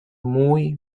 muy